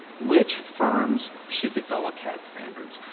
which firms should develop cad standards?